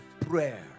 prayer